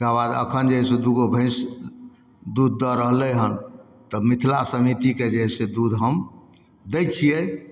तकरा बाद अखन जे है से दूगो भैंस दूध दऽ रहलै हँ तऽ मिथिला समितिके जे है से दूध हम दै छियै